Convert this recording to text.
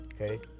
okay